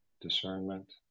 discernment